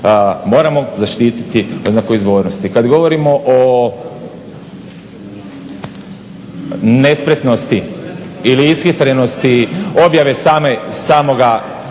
Moramo zaštititi oznaku izvornosti. Kada govorimo o nespretnosti ili ishitrenosti objave samoga